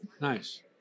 Nice